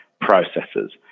processes